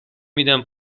میدم